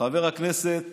חבר הכנסת